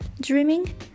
dreaming